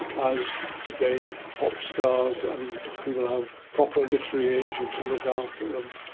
as today pop stars and people have proper literary agents who look after them,